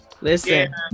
listen